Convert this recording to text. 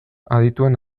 adituen